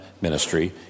ministry